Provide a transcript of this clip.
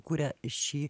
kuria šį